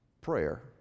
prayer